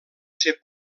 ser